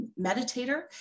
meditator